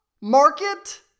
market